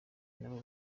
nabo